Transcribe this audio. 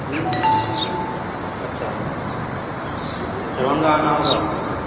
جی اچھا ج جی دربھنگا آنا ہوگا